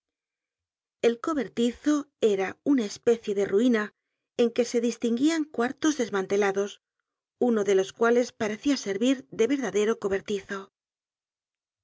el cobertizo era una especie de ruina en que se distinguían cuartos desmantelados uno de los cuales parecia servir de verdadero cobertizo